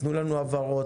תנו לנו הבהרות: